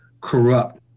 corrupt